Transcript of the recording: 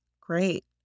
Great